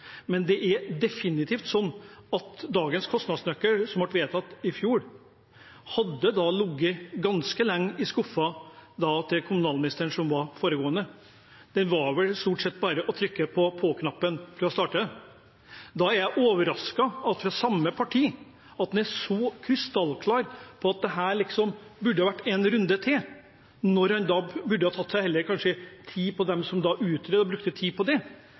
men det er definitivt slik at dagens kostnadsnøkkel, som ble vedtatt i fjor, hadde ligget ganske lenge i skuffen til den foregående kommunalministeren. Det var vel stort sett bare å trykke på på-knappen for å starte den. Da er jeg overrasket over at man fra det samme partiet er så krystallklar på at dette burde ha vært sett på en runde til, når de som utredet dette, kanskje heller burde ha brukt tid på det.